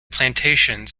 plantations